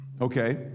Okay